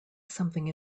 something